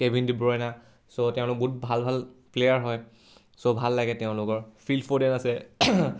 Kevin De Bruyne চ' তেওঁলোক বহুত ভাল ভাল প্লেয়াৰ হয় চ' ভাল লাগে তেওঁলোকৰ ফিল্ড ফ'ৰ্ডন আছে